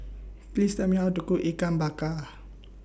Please Tell Me How to Cook Ikan Bakar